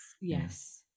Yes